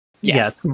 yes